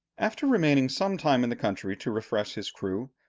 after remaining some time in the country to refresh his crew,